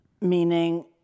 meaning